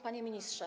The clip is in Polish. Panie Ministrze!